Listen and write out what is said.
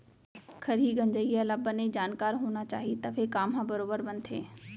खरही गंजइया ल बने जानकार होना चाही तभे काम ह बरोबर बनथे